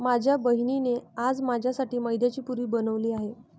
माझ्या बहिणीने आज माझ्यासाठी मैद्याची पुरी बनवली आहे